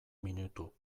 minutu